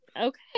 Okay